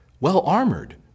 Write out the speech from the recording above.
well-armored